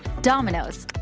dominoes.